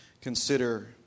consider